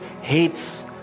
hates